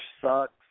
sucks